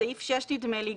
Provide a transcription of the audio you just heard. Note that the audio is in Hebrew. בסעיף 6 נדמה לי,